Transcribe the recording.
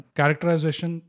Characterization